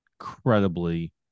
incredibly